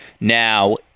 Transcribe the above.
now